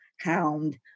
hound